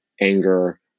anger